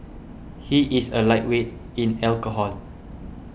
he is a lightweight in alcohol